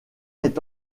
est